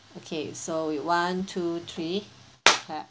okay so one two three clap